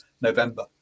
November